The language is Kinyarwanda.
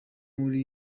muri